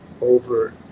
over